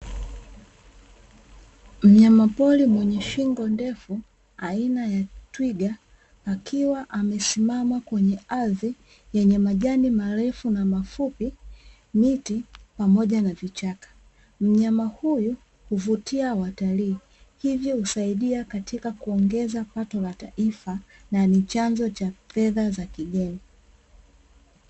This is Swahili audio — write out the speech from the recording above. Mnyamapori mwenye shingo ndefu aina ya twiga, akiwa amesimama kwenye ardhi yenye majani marefu na mafupi, miti pamoja na vichaka, mnyama huyu huvutia watalii, hivyo husaidia katika kuongeza pato la taifa na ni chanzo cha fedha za kigeni.